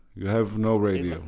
you have no radio,